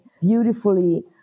beautifully